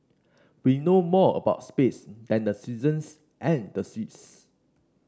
we know more about space than the seasons and the seas